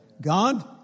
God